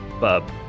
Bub